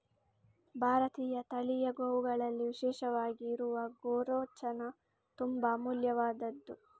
ಭಾರತೀಯ ತಳಿಯ ಗೋವುಗಳಲ್ಲಿ ವಿಶೇಷವಾಗಿ ಇರುವ ಗೋರೋಚನ ತುಂಬಾ ಅಮೂಲ್ಯವಾದ್ದು